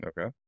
Okay